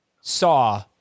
saw